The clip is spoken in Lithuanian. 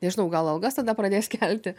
nežinau gal algas tada pradės kelti